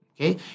okay